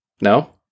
No